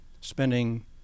spending